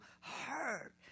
hurt